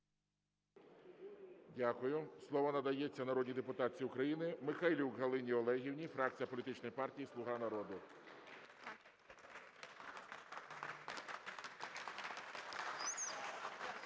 Дякую. Слово надається народній депутатці України Михайлюк Галині Олегівні, фракція політичної партії "Слуга народу".